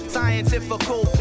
Scientifical